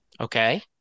Okay